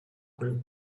club